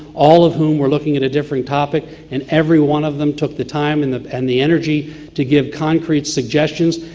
all of whom were looking at a different topic and every one of them took the time and the and the energy to give concrete suggestions,